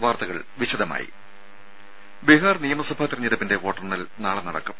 വാർത്തകൾ വിശദമായി ബീഹാർ നിയമസഭാ തിരഞ്ഞെടുപ്പിന്റെ വോട്ടെണ്ണൽ നാളെ നടക്കും